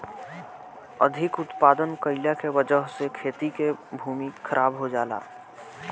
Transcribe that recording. अधिक उत्पादन कइला के वजह से खेती के भूमि खराब हो जाला